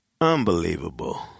Unbelievable